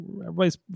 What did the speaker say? everybody's